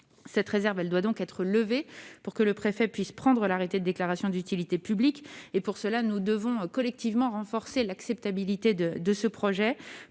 Cette réserve doit donc être levée pour que le préfet puisse prendre l'arrêté de déclaration d'utilité publique. Pour cela, nous devons collectivement renforcer l'acceptabilité du projet